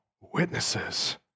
witnesses